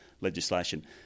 legislation